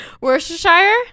Worcestershire